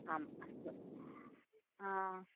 आम् अस्तु अस्तु